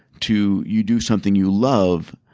to you do something you love